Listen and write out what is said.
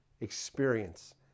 experience